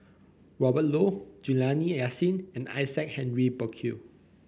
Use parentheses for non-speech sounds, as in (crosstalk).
Robert (unintelligible) Juliana Yasin and Isaac Henry Burkill